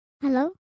Hello